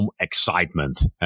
excitement